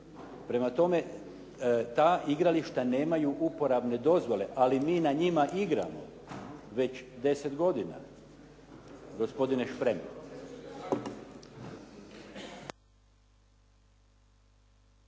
Prema tome ta igrališta nemaju uporabne dozvole, ali mi na njima igramo već 10 godina gospodine Šprem.